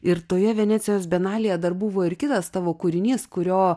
ir toje venecijos bienalėje dar buvo ir kitas tavo kūrinys kurio